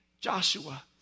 Joshua